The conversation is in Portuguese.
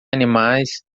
animais